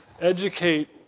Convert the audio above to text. educate